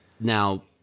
Now